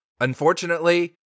Unfortunately